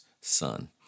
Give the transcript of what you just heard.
son